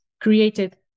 created